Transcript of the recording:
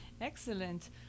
Excellent